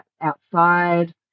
outside